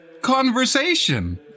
conversation